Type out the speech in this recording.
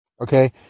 Okay